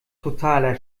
totaler